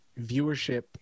viewership